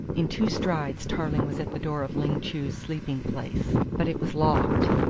in two strides tarling was at the door of ling chu's sleeping place, but it was locked.